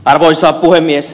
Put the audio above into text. arvoisa puhemies